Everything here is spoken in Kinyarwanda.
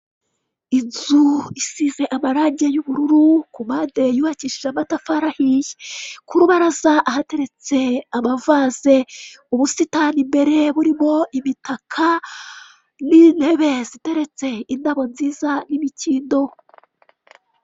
Inzu isize amarangi y'ubururu ku mpande yubakishije amatafari ahiye, ku rubaraza hateretse amavaze, ubusitani imbere burimo imitaka n'intebe ziteretse, indabo nziza n'imikindo.